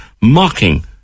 mocking